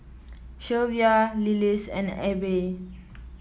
Shelvia Lillis and Abe